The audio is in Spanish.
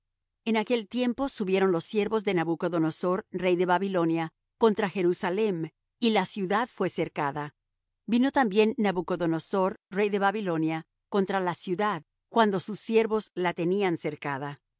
en aquel tiempo subieron los siervos de nabucodonosor rey de babilonia contra jerusalem y la ciudad fué cercada vino también nabucodonosor rey de babilonia contra la ciudad cuando sus siervos la tenían cercada